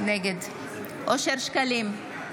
נגד אושר שקלים,